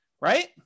right